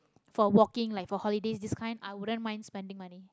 for walking like for holidays this kind i wouldn't mind spending money